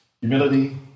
Humility